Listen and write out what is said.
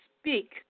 speak